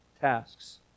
tasks